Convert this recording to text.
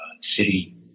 city